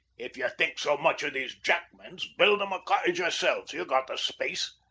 if ye think so much of these jackmans, build them a cottage yourselves ye've got the space.